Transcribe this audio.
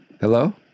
Hello